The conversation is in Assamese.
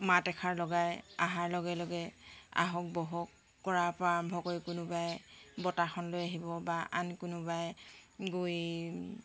মাত এষাৰ লগায় অহাৰ লগে লগে আহক বহক কৰাৰ পৰা আৰম্ভ কৰি কোনোবাই বঁটাখন লৈ আহিব বা আন কোনোবাই গৈ